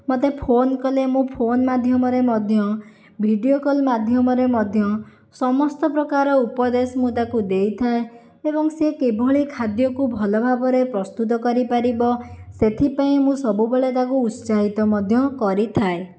ମୋତେ ଫୋନ କଲେ ମୁଁ ଫୋନ ମାଧ୍ୟମରେ ମଧ୍ୟ ଭିଡ଼ିଓ କଲ୍ ମାଧ୍ୟମରେ ମଧ୍ୟ ସମସ୍ତ ପ୍ରକାର ଉପଦେଶ ମୁଁ ତାକୁ ଦେଇଥାଏ ଏବଂ ସେ କିଭଳି ଖାଦ୍ୟକୁ ଭଲ ଭାବରେ ପ୍ରସ୍ତୁତ କରିପାରିବ ସେଥିପାଇଁ ମୁଁ ସବୁବେଳେ ତାକୁ ଉତ୍ସାହିତ ମଧ୍ୟ କରିଥାଏ